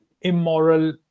immoral